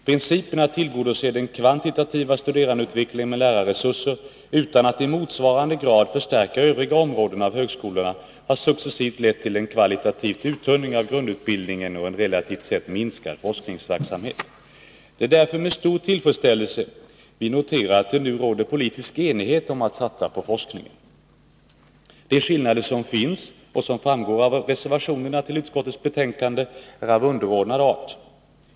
Principen att tillgodose den kvantitativa studerandeutvecklingen med lärarresurser utan att i motsvarande grad förstärka övriga områden av högskolorna har successivt lett till en kvalitativ uttunning av grundutbildningen och en relativt sett minskad forskningsverksamhet. Det är därför vi med stor tillfredsställelse noterar att det nu råder politisk enighet om att satsa på forskningen. De skillnader som finns och som framgår av reservationerna till utskottets betänkande är av underordnad art.